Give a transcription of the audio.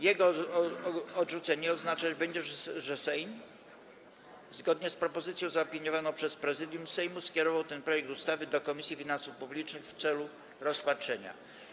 Jego odrzucenie oznaczać będzie, że Sejm zgodnie z propozycją zaopiniowaną przez Prezydium Sejmu skierował ten projekt ustawy do Komisji Finansów Publicznych w celu rozpatrzenia.